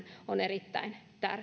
on erittäin tärkeä